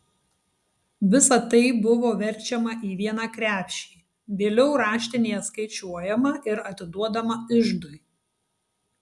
visa tai buvo verčiama į vieną krepšį vėliau raštinėje skaičiuojama ir atiduodama iždui